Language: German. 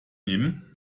nehmen